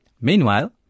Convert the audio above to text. Meanwhile